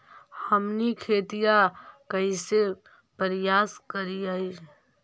हमनी खेतीया कइसे परियास करियय?